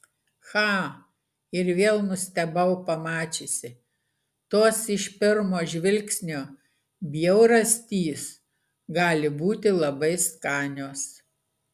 cha ir vėl nustebau pamačiusi tos iš pirmo žvilgsnio bjaurastys gali būti labai skanios